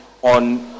On